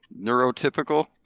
neurotypical